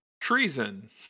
Treason